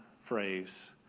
phrase